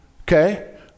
okay